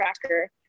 tracker